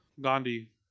Gandhi